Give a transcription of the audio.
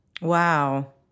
wow